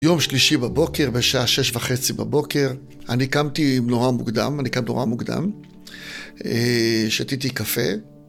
יום שלישי בבוקר, בשעה שש וחצי בבוקר, אני קמתי נורא מוקדם, אני קמתי נורא מוקדם, שתיתי קפה.